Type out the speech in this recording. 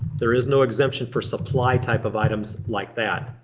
there is no exemption for supply type of items like that.